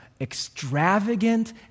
extravagant